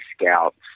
Scouts